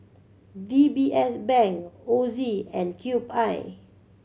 D B S Bank Ozi and Cube I